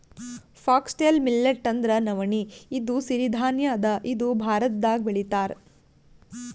foxtail millet ಅಂದ್ರ ನವಣಿ ಇದು ಸಿರಿ ಧಾನ್ಯ ಅದಾ ಇದು ಭಾರತ್ದಾಗ್ ಬೆಳಿತಾರ್